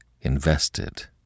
invested